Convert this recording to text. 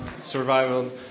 survival